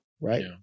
right